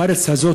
בארץ הזאת,